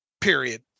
period